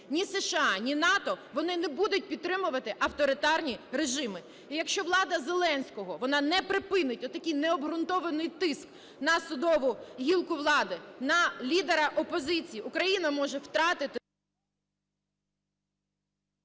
Ні США, ні НАТО вони не будуть підтримувати авторитарні режими. І якщо влада Зеленського вона не припинить отакий не обґрунтований тиск на судову гілку влади, на лідера опозиції, Україна може втратити…